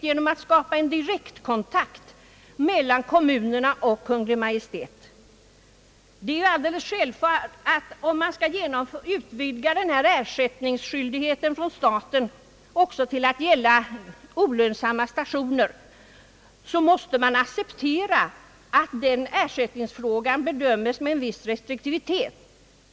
Det är alldeles självklart att om ersättningsskyldigheten från statens sida skall utvidgas till att gälla även ur trafiksynpunkt obehövliga, olönsamma stationer, måste vi acceptera att ersättningsfrågan bedöms med en viss restriktivitet.